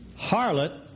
harlot